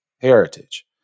heritage